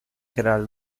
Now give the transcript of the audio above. creare